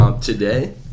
Today